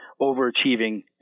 overachieving